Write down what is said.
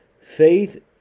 Faith